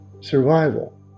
survival